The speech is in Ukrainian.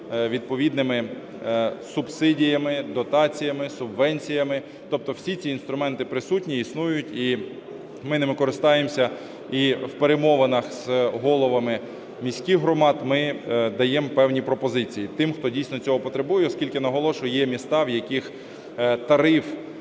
відповідними субсидіями, дотаціями, субвенціями. Тобто всі ці інструменти присутні, існують, і ми ними користуємося. І в перемовинах з головами міських громад ми даємо певні пропозиції тим, хто дійсно цього потребує, оскільки, наголошую, є міста, в яких ціна